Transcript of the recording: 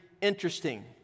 interesting